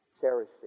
Cherishing